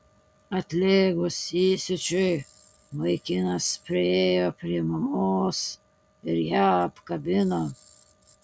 atlėgus įsiūčiui vaikinas priėjo prie mamos ir ją apkabino